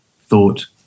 thought